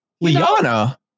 Liana